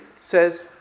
says